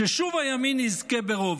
ששוב הימין יזכה ברוב.